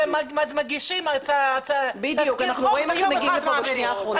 מגישים הצעת חוק ומיד מעבירים.